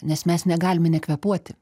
nes mes negalime nekvėpuoti